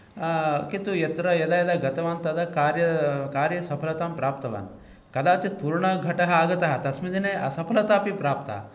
किन्तु यत्र यदा यदा गतवान् तदा कार्य कार्यसफलतां प्राप्तवान् कदाचित् पूर्णघटः आगतः तस्मिन् दिने असफलता अपि प्राप्ता